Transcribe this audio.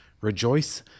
Rejoice